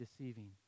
deceiving